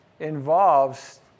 involves